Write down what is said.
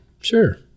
sure